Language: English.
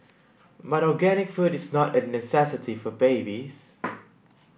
but organic food is not a necessity for babies